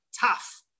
tough